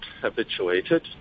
habituated